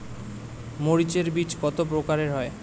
মরিচ এর বীজ কতো প্রকারের হয়?